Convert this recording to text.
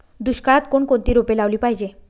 दुष्काळात कोणकोणती रोपे लावली पाहिजे?